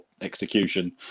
execution